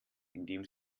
indem